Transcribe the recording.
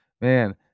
man